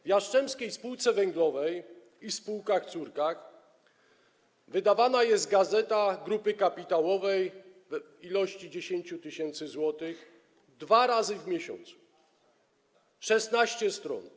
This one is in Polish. W Jastrzębskiej Spółce Węglowej i w spółkach córkach wydawana jest gazeta grupy kapitałowej w ilości 10 tys. dwa razy w miesiącu, a liczy 16 stron.